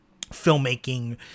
filmmaking